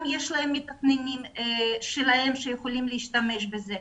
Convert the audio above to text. גם יש להם מתכננים שלהם שהם יכולים להשתמש בזה.